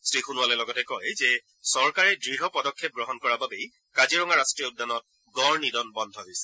শ্ৰীসোণোৱালে লগতে কয় যে চৰকাৰে দুঢ় পদক্ষেপ গ্ৰহণ কৰা বাবেই কাজিৰঙা ৰাষ্ট্ৰীয় উদ্যানত গঁড় নিধন বন্ধ হৈছে